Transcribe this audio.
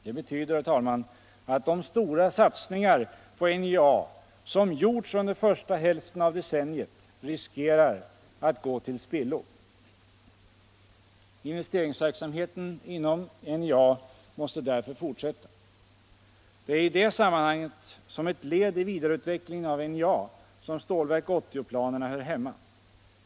Det betyder att de stora satsningar på NJA som gjorts under första hälften av decenniet riskerar att gå till spillo. Investeringsverksamheten inom NJA måste därför fortsätta. Det är i det sammanhanget, som ett led i vidareutvecklingen av NJA, som Stålverk 80-planerna hör hemma.